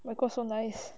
my god so nice